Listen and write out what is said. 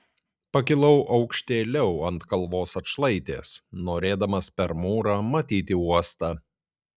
pakilau aukštėliau ant kalvos atšlaitės norėdamas per mūrą matyti uostą